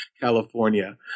California